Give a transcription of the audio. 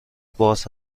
باز